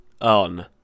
on